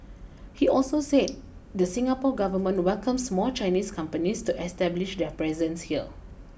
he also said the Singapore government welcomes more Chinese companies to establish their presence here